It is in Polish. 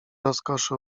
rozkoszy